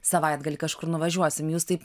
savaitgalį kažkur nuvažiuosim jūs taip